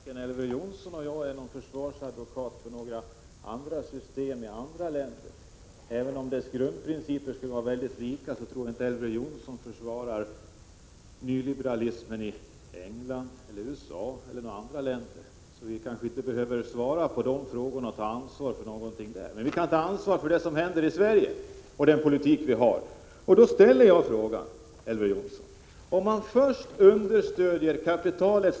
Herr talman! Jag vill först säga att varken Elver Jonsson eller jag är försvarsadvokat för några andra system i andra länder. Även om principerna skulle vara mycket lika, tror jag inte att Elver Jonsson försvarar nyliberalismen i England, USA eller några andra länder. Därför behöver vi kanske inte svara på frågor om andra länder och ta ansvar för någonting där. Men vi kan ta ansvar för det som händer i Sverige och den politik vi för. Och då säger jag till Elver Jonsson: Först understödjer man kapitalets Prot.